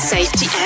Safety